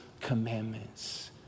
commandments